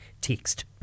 text